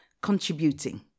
contributing